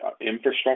infrastructure